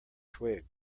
twig